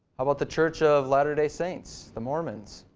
how about the church of latter day saints, the mormons?